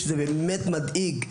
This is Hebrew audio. וזה באמת מדאיג,